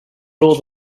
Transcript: rule